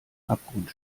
abgrund